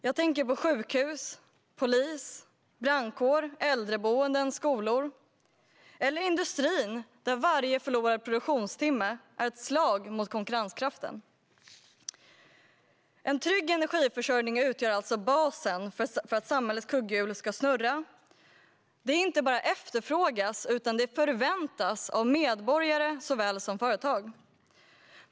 Jag tänker på sjukhus, polis, brandkår, äldreboenden och skolor, eller industrin där varje förlorad produktionstimme är ett slag mot konkurrenskraften. En trygg energiförsörjning utgör basen för att samhällets kugghjul ska snurra. Det inte bara efterfrågas utan förväntas av såväl medborgare som företag.